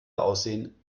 aussehen